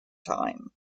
time